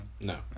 No